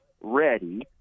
ready